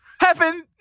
Heaven